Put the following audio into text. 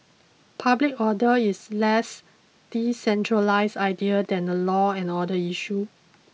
public order is less decentralised idea than a law and order issue